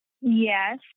Yes